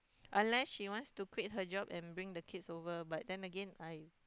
unless she wants to quit her job and bring the kids over but then Again I